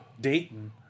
Dayton